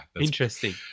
Interesting